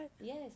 Yes